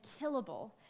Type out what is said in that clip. killable